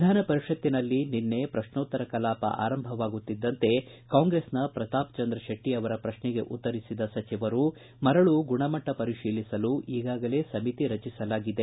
ವಿಧಾನಪರಿಷತ್ತಿನಲ್ಲಿ ನಿನ್ನೆ ಪ್ರಶ್ನೋತ್ತರ ಕಲಾಪ ಆರಂಭವಾಗುತ್ತಿದ್ದಂತೆ ಕಾಂಗ್ರೆಸ್ನ ಪ್ರತಾಪಚಂದ್ರ ಶೆಟ್ಟಿ ಅವರ ಪ್ರಶ್ನೆಗೆ ಉತ್ತರಿಸಿದ ಸಚಿವರು ಮರಳು ಗುಣಮಟ್ಟ ಪರಿಶೀಲಿಸಲು ಈಗಾಗಲೇ ಸಮಿತಿ ರಚಿಸಲಾಗಿದೆ